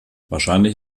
wahrscheinlich